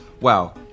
wow